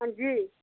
अंजी